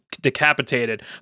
decapitated